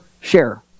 share